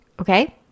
Okay